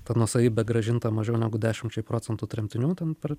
ta nuosavybė grąžinta mažiau negu dešimčiai procentų tremtinių ten per